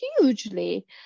hugely